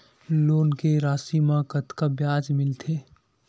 Loan के राशि मा कतका ब्याज मिलथे?